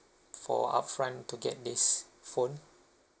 for up front to get this phone